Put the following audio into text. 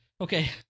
okay